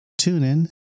TuneIn